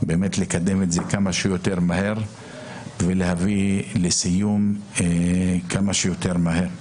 לקדם את זה כמה שיותר מהר ולהביא לסיום כמה שיותר מהר.